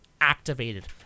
activated